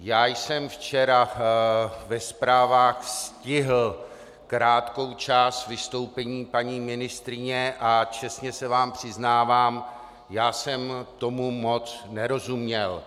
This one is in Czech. Já jsem včera ve zprávách stihl krátkou část vystoupení paní ministryně a čestně se vám přiznávám, já jsem tomu moc nerozuměl.